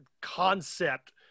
concept